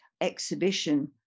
exhibition